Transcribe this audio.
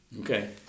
Okay